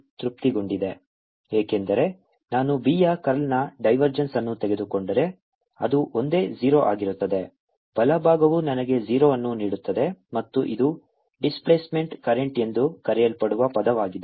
× BμJconduction00E∂t ಏಕೆಂದರೆ ನಾನು B ಯ ಕರ್ಲ್ನ ಡೈವರ್ಜೆನ್ಸ್ ಅನ್ನು ತೆಗೆದುಕೊಂಡರೆ ಅದು ಒಂದೇ 0 ಆಗಿರುತ್ತದೆ ಬಲಭಾಗವು ನನಗೆ 0 ಅನ್ನು ನೀಡುತ್ತದೆ ಮತ್ತು ಇದು ಡಿಸ್ಪ್ಲೇಸ್ಮೆಂಟ್ ಕರೆಂಟ್ ಎಂದು ಕರೆಯಲ್ಪಡುವ ಪದವಾಗಿದೆ